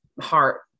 heart